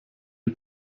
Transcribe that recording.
die